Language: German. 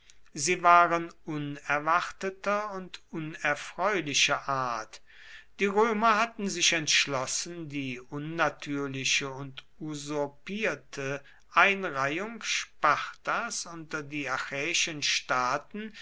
sie waren unerwarteter und unerfreulicher art die römer hatten sich entschlossen die unnatürliche und usurpierte einreihung spartas unter die achäischen staaten